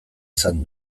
izan